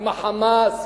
עם ה"חמאס"?